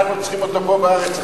אנחנו צריכים אותו פה בארץ,